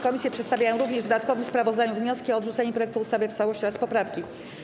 Komisje przedstawiają również w dodatkowym sprawozdaniu wnioski o odrzucenie projektu ustawy w całości oraz poprawki.